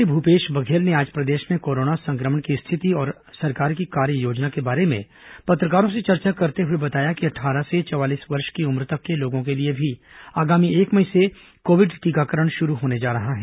मुख्यमंत्री भूपेश बघेल ने आज प्रदेश में कोरोना संक्रमण की स्थिति और सरकार की कार्ययोजना के बारे में पत्रकारों से चर्चा करते हुए बताया कि अट्ठारह से चवालीस वर्ष की उम्र तक के लोगों के लिए भी आगामी एक मई से कोविड टीकाकरण शुरू होने जा रहा है